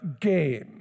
game